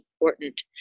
important